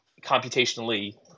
computationally